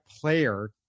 player